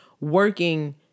working